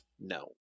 No